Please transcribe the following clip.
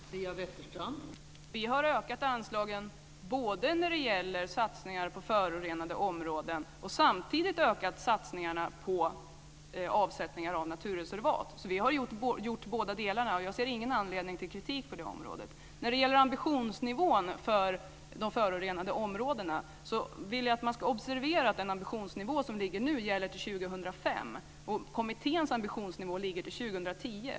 Fru talman! Vi har ökat anslagen både till satsningar på förorenade områden och till avsättningar av naturreservat. Vi har gjort bådadera, och jag ser ingen anledning till kritik på det området. När det gäller ambitionsnivån för de förorenade områdena vill jag att man ska observera att den ambitionsnivå som nu finns gäller till 2005, medan kommitténs ambitionsnivå avser tiden till 2010.